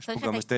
יש פה גם את 9יג(ב).